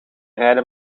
rijden